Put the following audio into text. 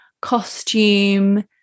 costume